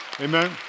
Amen